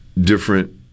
different